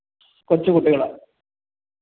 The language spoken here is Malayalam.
കൊച്ചു കുട്ടികൾ